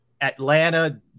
Atlanta